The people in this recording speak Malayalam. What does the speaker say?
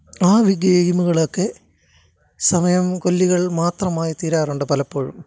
ആ ഗെയിമുകളൊക്കെ സമയം കൊല്ലികള് മാത്രമായി തീരാറുണ്ട് പലപ്പോഴും